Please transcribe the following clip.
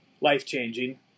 life-changing